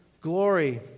glory